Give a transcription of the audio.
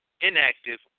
inactive